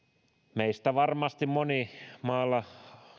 varmasti moni meistä maalla